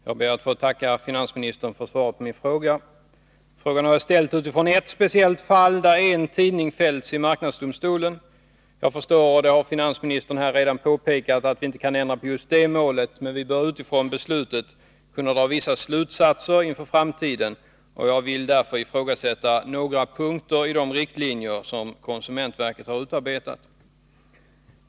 Herr talman! Jag ber att få tacka finansministern för svaret på min fråga. Frågan har jag ställt utifrån ert speciellt fall, där en tidning fällts i marknadsdomstolen. Jag förstår — och det har finansministern redan påpekat —att vi inte kan ändra på just detta mål, men vi bör utifrån beslutet kunna dra vissa slutsatser inför framtiden. Jag vill därför ifrågasätta några punkter i de riktlinjer som konsumentverket har utarbetat.